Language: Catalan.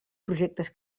projectes